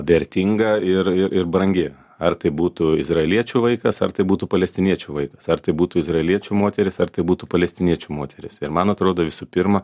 vertinga ir ir ir brangi ar tai būtų izraeliečių vaikas ar tai būtų palestiniečių vaikas ar tai būtų izraeliečių moterys ar tai būtų palestiniečių moterys ir man atrodo visų pirma